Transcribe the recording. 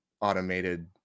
automated